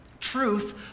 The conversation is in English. Truth